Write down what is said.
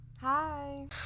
Hi